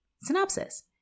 Synopsis